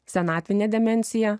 senatvinė demencija